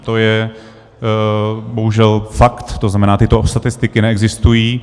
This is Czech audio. To je bohužel fakt, to znamená, tyto statistiky neexistují.